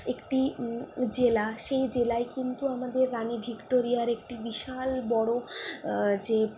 একটি জেলা সেই জেলায় কিন্তু আমাদের রানি ভিক্টোরিয়ার একটি বিশাল বড়ো যে